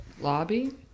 Lobby